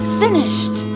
finished